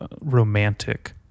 romantic